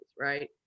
right